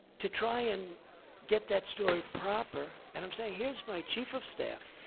to try and get that story proper. and i'm saying, here's my chief of staff,